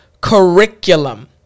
curriculum